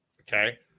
Okay